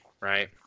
right